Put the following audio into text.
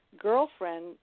girlfriend